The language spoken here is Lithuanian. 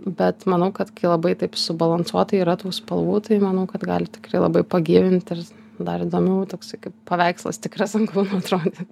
bet manau kad labai taip subalansuotai yra tų spalvų tai manau kad gali tikrai labai pagyvinti ir dar įdomiau toksai kaip paveikslas tikras ant kūno atrodyt